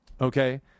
Okay